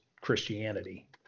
Christianity